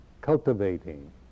Cultivating